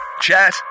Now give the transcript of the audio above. Chat